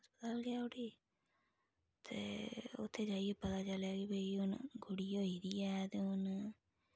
हस्पताल गेआ उठी उत्थेै जाइयै पता चलेआ कि भाई हून कुड़ी होई दी ऐ ते हुन